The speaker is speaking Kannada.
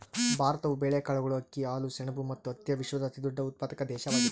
ಭಾರತವು ಬೇಳೆಕಾಳುಗಳು, ಅಕ್ಕಿ, ಹಾಲು, ಸೆಣಬು ಮತ್ತು ಹತ್ತಿಯ ವಿಶ್ವದ ಅತಿದೊಡ್ಡ ಉತ್ಪಾದಕ ದೇಶವಾಗಿದೆ